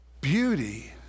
beauty